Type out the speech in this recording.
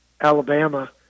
Alabama